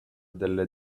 delle